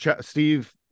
Steve